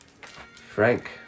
Frank